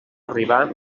arribar